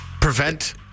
Prevent